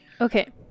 Okay